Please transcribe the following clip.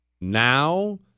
Now